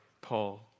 Paul